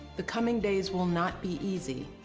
the coming days will not be easy,